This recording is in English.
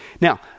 Now